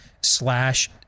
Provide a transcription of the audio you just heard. slash